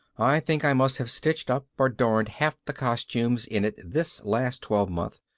i think i must have stitched up or darned half the costumes in it this last twelvemonth,